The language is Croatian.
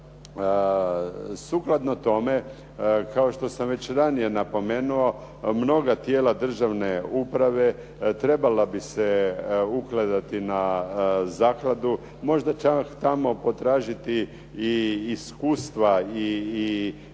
Sukladno tome kao što sam već ranije napomenuo, mnoga tijela državne uprave trebala bi se ugledati na zakladu, možda čak tamo potražiti i iskustva i